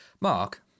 Mark